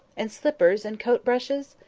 and slippers, and coat-brushes?